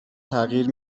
تغییر